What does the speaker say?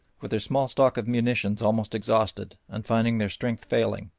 with their small stock of munitions almost exhausted, and finding their strength failing,